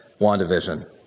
WandaVision